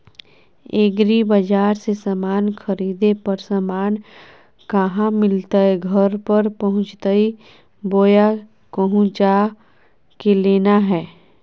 एग्रीबाजार से समान खरीदे पर समान कहा मिलतैय घर पर पहुँचतई बोया कहु जा के लेना है?